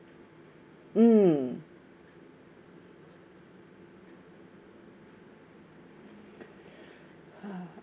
mm